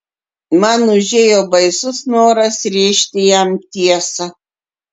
man užėjo baisus noras rėžti jam tiesą